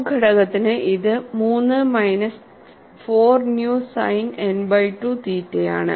U ഘടകത്തിന് ഇത് 3 minus 4 nu sine n by 2 തീറ്റയാണ്